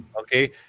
okay